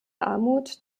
armut